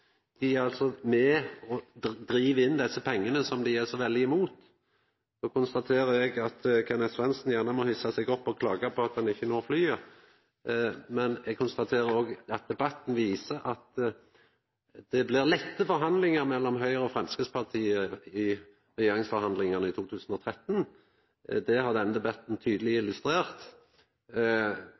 Dei er med på å driva inn desse pengane som dei er så veldig imot. Eg konstaterer at Kenneth Svendsen gjerne må hissa seg opp og klaga på at han ikkje når flyet, men eg konstaterer òg at debatten viser at det blir lette forhandlingar mellom Høgre og Framstegspartiet i regjeringsforhandlingane i 2013. Det har denne debatten tydeleg illustrert